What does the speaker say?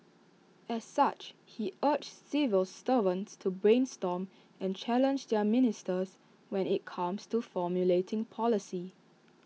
as such he urged civil servants to brainstorm and challenge their ministers when IT comes to formulating policy